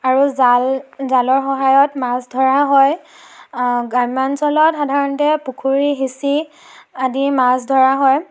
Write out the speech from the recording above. আৰু জাল জালৰ সহায়ত মাছ ধৰা হয় গ্ৰাম্যাঞ্চলত সাধাৰণতে পুখুৰি সিঁচি আদি মাছ ধৰা হয়